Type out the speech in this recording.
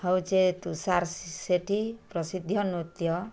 ହଉଛେ ତୁଷାର ସେଠି ପ୍ରସିଦ୍ଧ ନୃତ୍ୟ